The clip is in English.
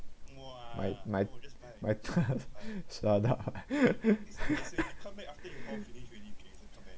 my my my shut up